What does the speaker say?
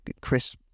Chris